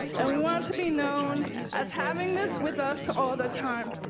and we want to be known as having this with us all the time.